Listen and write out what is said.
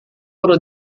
perlu